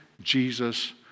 Jesus